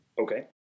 okay